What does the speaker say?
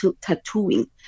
tattooing